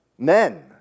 Men